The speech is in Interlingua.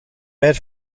per